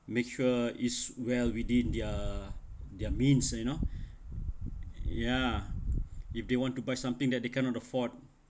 make sure is well within their their means ah you know ya if they want to buy something that they cannot afford